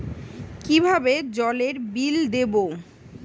কিভাবে জলের বিল দেবো?